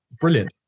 brilliant